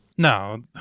No